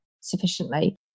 sufficiently